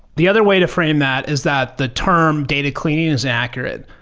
the other way to frame that is that the term data cleaning is accurate.